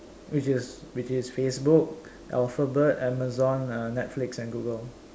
which is which is Facebook Alphabet Amazon uh Netflix and Google